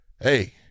hey